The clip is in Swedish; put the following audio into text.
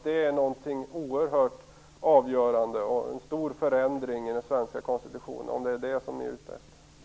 Det är något oerhört avgörande och en stor förändring i den svenska konstitutionen om det är detta som Socialdemokraterna är ute efter.